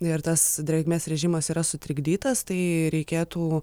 ir tas drėgmės režimas yra sutrikdytas tai reikėtų